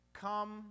Come